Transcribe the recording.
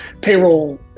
payroll